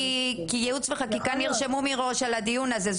כי ייעוץ וחקיקה נרשמו מראש לדיון הזה.